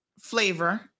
Flavor